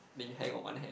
then you hang on one hand